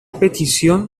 petición